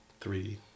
three